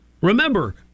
Remember